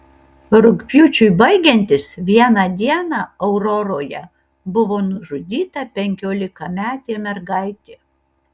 rugpjūčiui baigiantis vieną dieną auroroje buvo nužudyta penkiolikametė mergaitė